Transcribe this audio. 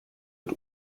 und